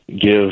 give